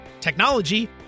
technology